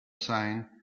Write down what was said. sign